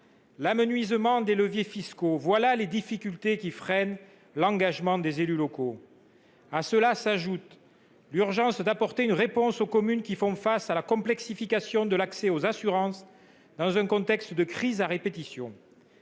l’amenuisement des leviers fiscaux, telles sont les difficultés qui freinent l’engagement des élus locaux. S’y ajoute l’urgence à apporter une réponse aux communes qui font face à la complexification de l’accès aux assurances, dans un contexte de crises à répétition.